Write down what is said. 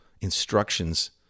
instructions